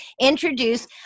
introduce